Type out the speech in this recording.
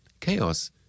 Chaos